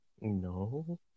No